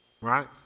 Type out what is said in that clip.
right